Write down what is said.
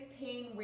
pain